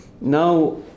Now